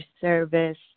service